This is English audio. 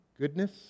goodness